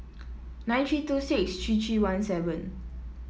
nine three two six three three one seven